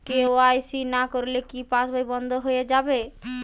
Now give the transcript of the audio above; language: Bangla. কে.ওয়াই.সি না করলে কি পাশবই বন্ধ হয়ে যাবে?